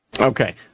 Okay